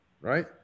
right